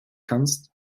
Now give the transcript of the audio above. kannst